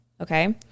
okay